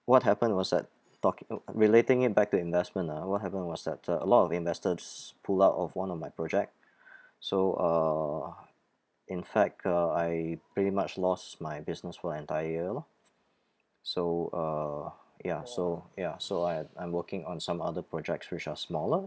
what happened was that talki~ oo relating it back to investment ah what happened was that uh a lot of investors pull out of one of my project so uh in fact uh I pretty much lost my business for entire year lor so uh ya so ya so I had I'm working on some other projects which are smaller